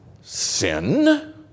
Sin